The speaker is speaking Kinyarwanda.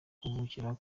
kuvukira